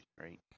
right